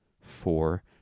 four